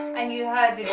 and you